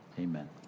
amen